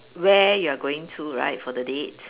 where you are going to right for the date